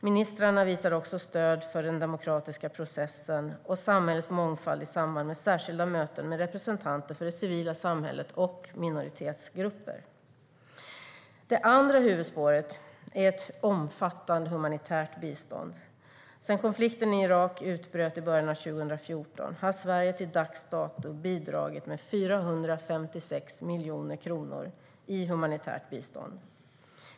Ministrarna visade också stöd för den demokratiska processen och samhällets mångfald i samband med särskilda möten med representanter för det civila samhället och minoritetsgrupper. Det andra huvudspåret är ett omfattande humanitärt bistånd. Sedan konflikten i Irak utbröt i början av 2014 har Sverige till dags dato bidragit med 456 miljoner kronor i humanitärt bistånd.